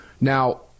Now